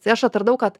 tai aš atradau kad